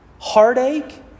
heartache